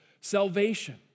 salvation